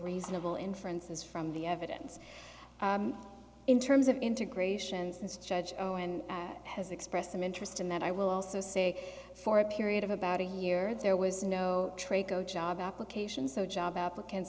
reasonable inferences from the evidence in terms of integrations as judge oh and has expressed some interest in that i will also say for a period of about a year there was no trade go job applications so job applicants